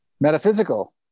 Metaphysical